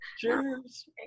cheers